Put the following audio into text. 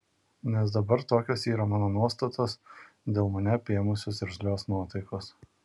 nes dabar tokios yra mano nuostatos dėl mane apėmusios irzlios nuotaikos